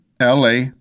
LA